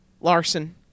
Larson